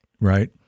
right